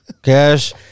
Cash